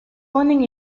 ponen